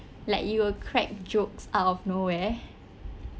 like you'll crack jokes out of nowhere